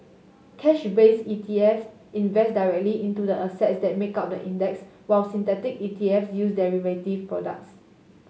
cash base E T F invest directly into the assets that make up the index while synthetic E T F use derivative products